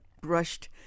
brushed